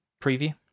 preview